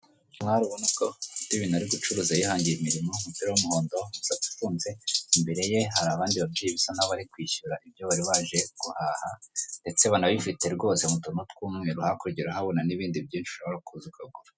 Aha urabona ko ibintu ari gucuruza yihangiye imirimo, umupira w'umuhondo, umusatsi ufunze, imbere ye hari abandi babyeyi basa naho barikwishyura ibyo bari baje guhaha, ndetse banabifite rwose mutuntu tw'umweru hakurya urahabona n'ibindi byinshi ushobora kuza ukagura.